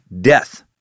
death